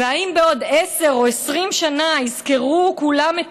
האם בעוד עשר או 20 שנה יזכרו כולם את